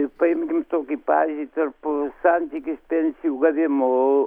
paimkim tokį pavyzdį tarp santykis pensijų gavimo